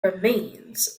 remains